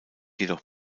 jedoch